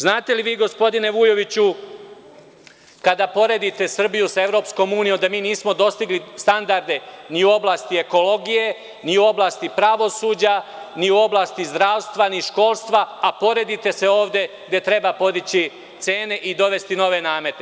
Znate li vi, gospodine Vujoviću, kada poredite Srbiju sa EU, da mi nismo dostigli standarde ni u oblasti ekologije, ni u oblasti pravosuđa, ni u oblasti zdravstva, ni školstva, a poredite se ovde gde treba podići cene i dovesti nove namete.